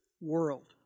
world